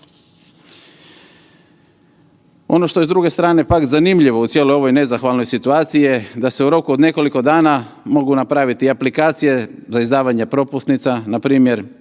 Ono što je s druge strane pak zanimljivo, u cijeloj ovoj nezahvalnoj situaciji je da se u roku od nekoliko dana mogu napraviti aplikacije za izdavanje propusnica, npr.